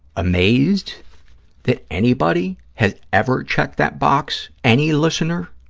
amazed that anybody has ever checked that box, any listener.